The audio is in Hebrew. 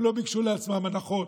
הם לא ביקשו לעצמם הנחות,